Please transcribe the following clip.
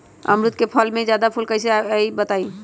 अमरुद क फल म जादा फूल कईसे आई बताई?